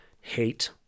hate